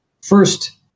first